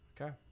Okay